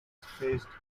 faced